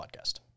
podcast